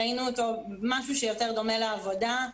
ראינו אותו כמשהו שיותר דומה לעבודה,